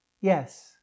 Yes